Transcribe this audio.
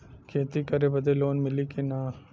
खेती करे बदे लोन मिली कि ना?